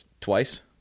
twice